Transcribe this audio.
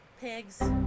Pigs